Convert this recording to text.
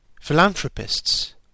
philanthropists